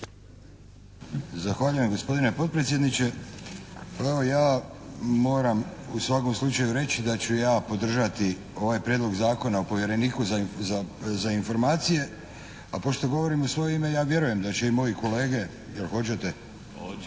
Zahvaljujem gospodine potpredsjedniče. Pa evo ja moram u svakom slučaju reći da ću ja podržati ovaj prijedlog Zakona o povjereniku za informacije a pošto govorim u svoje ime ja vjerujem da će i moji kolege, je li hoćete, evo